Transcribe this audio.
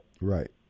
Right